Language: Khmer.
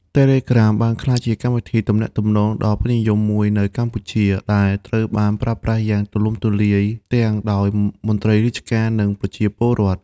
Telegram បានក្លាយជាកម្មវិធីទំនាក់ទំនងដ៏ពេញនិយមមួយនៅកម្ពុជា ដែលត្រូវបានប្រើប្រាស់យ៉ាងទូលំទូលាយទាំងដោយមន្ត្រីរាជការ និងប្រជាពលរដ្ឋ។